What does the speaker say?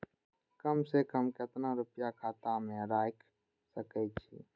कम से कम केतना रूपया खाता में राइख सके छी?